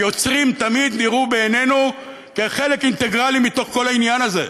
היוצרים תמיד נראו בעינינו כחלק אינטגרלי של כל העניין הזה,